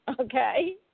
Okay